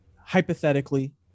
hypothetically